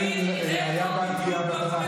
לא יהיה פה שקר.